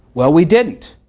well, we didn't.